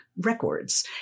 records